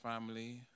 family